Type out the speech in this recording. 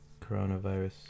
coronavirus